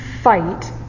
fight